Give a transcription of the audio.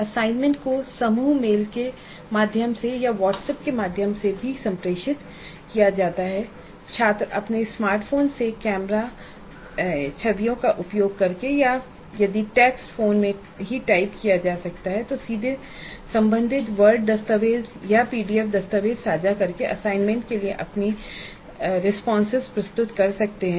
assignment को समूह mail के माध्यम से या व्हाट्सएप के माध्यम से फिर से संप्रेषित किया जाता है और छात्र अपने स्मार्टफ़ोन से कैमरा छवियों का उपयोग करके या यदि टेक्स्ट फोन में ही टाइप किया जाता है तो सीधे संबंधित WORD दस्तावेज़ या PDF दस्तावेज़ साझा करके असाइनमेंट के लिए अपनी प्रतिक्रियाएँ प्रस्तुत कर सकते हैं